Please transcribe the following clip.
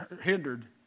hindered